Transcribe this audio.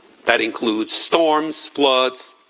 that includes storms, floods,